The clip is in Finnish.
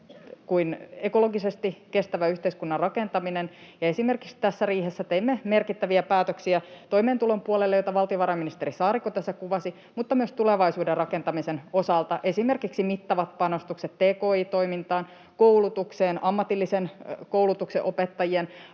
kuin ekologisestikin kestävän yhteiskunnan rakentaminen. Esimerkiksi tässä riihessä teimme toimeentulon puolelle merkittäviä päätöksiä, joita valtiovarainministeri Saarikko tässä kuvasi, mutta myös tulevaisuuden rakentamisen osalta, esimerkiksi mittavat panostukset tki-toimintaan, koulutukseen, ammatillisen koulutuksen opettajien